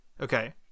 Okay